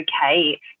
okay